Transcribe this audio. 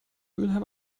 mülheim